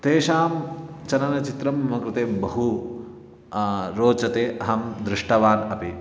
तेषां चलनचित्रं मम कृते बहु रोचते अहं दृष्टवान् अपि